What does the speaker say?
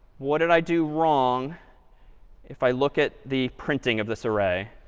what did i do wrong if i look at the printing of this array?